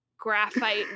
graphite